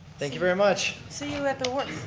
thank you very much. see you at the awards.